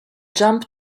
jump